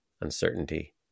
uncertainty